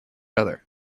other